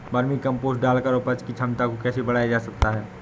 Vermi compost डालकर उपज की क्षमता को कैसे बढ़ाया जा सकता है?